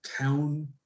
town